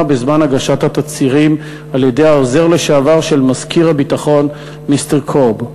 בזמן הגשת התצהירים על-ידי העוזר לשעבר של מזכיר ההגנה מיסטר קורב.